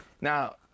Now